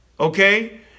Okay